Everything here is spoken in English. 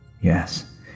Yes